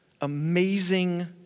amazing